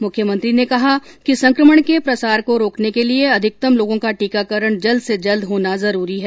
मुख्यमंत्री ने कहा कि संकमण के प्रसार को रोकने के लिए अधिकतम लोगों का टीकाकरण जल्द से जल्द होना जरूरी है